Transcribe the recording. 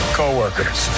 co-workers